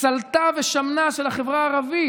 סולתה ושמנה של החברה הערבית,